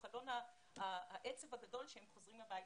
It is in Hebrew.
חלון העצב הגדול שהם חוזרים הביתה.